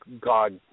God